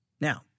Now